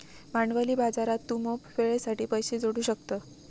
भांडवली बाजारात तू मोप वेळेसाठी पैशे जोडू शकतं